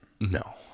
No